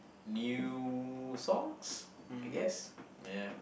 new songs I guess ya